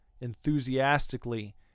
enthusiastically